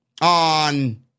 on